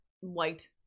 white